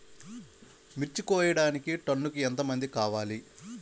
మిర్చి కోయడానికి టన్నుకి ఎంత మంది కావాలి?